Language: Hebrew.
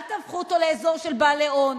אל תהפכו אותו לאזור של בעלי הון.